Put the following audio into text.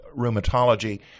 rheumatology